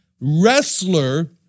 wrestler